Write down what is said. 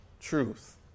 truth